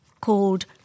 called